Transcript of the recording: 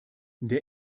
der